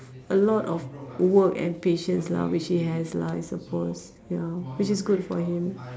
a lot of work and patience lah which he has lah I supposed ya which is good for him